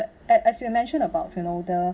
as as you mentioned about you know the